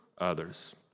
others